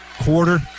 quarter